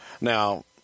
Now